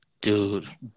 Dude